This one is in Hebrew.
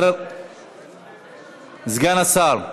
סגן השר,